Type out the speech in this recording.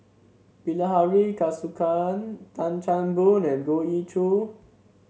Bilahari Kausikan Tan Chan Boon and Goh Ee Choo